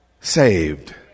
saved